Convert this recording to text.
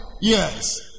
Yes